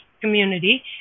community